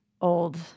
old